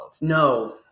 no